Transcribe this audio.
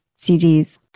CDs